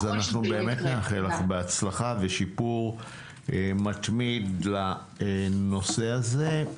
אנחנו באמת נאחל לך בהצלחה ושיפור מתמיד בנושא זה.